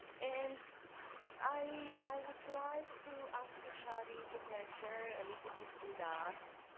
and i would like to ask you shadi, if you can share a little bit with us,